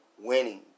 winning